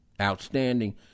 Outstanding